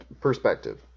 perspective